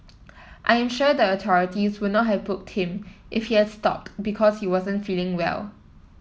I am sure the authorities would not have booked him if he had stopped because he wasn't feeling well